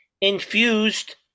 infused